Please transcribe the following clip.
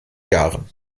jahren